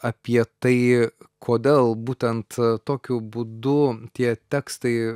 apie tai kodėl būtent tokiu būdu tie tekstai